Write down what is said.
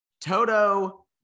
Toto